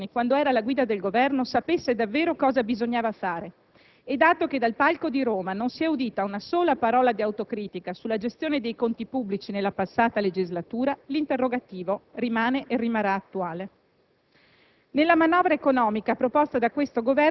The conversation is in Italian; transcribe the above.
Viene perciò legittimo chiedersi se Berlusconi, quando era alla guida del Governo, sapesse davvero cosa bisognava fare e, dato che dal palco di Roma non si è udita una sola parola di autocritica sulla gestione dei conti pubblici nella passata legislatura, l'interrogativo rimane e rimarrà attuale.